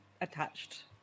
attached